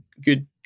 good